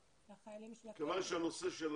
כיוון שהנושא של